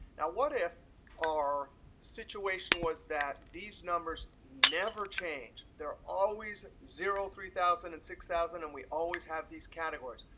what if our situation was that these numbers never change. they're always zero, three thousand and six thousand and we always have these categories.